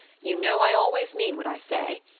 you know i always mean what i say.